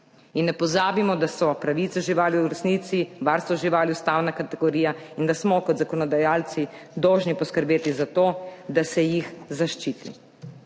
In ne pozabimo, da so pravice živali v resnici varstvo živali ustavna kategorija, in da smo kot zakonodajalci dolžni poskrbeti za to, da se jih zaščiti.